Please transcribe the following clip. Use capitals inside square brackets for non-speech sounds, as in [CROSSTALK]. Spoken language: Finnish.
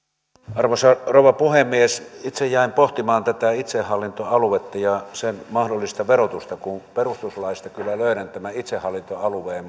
arvoisa rouva puhemies itse jäin pohtimaan tätä itsehallintoaluetta ja sen mahdollista verotusta kun perustuslaista kyllä löydän tämän itsehallintoalueen [UNINTELLIGIBLE]